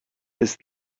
ist